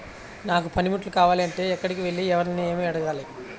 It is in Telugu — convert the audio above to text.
నాకు పనిముట్లు కావాలి అంటే ఎక్కడికి వెళ్లి ఎవరిని ఏమి అడగాలి?